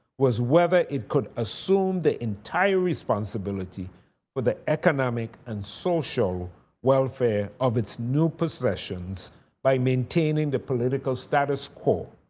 was whether it could assume the entire responsibility for but the economic and social welfare of its new professions by maintaining the political status quo.